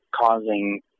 causing